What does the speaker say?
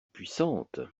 puissante